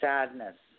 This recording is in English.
Sadness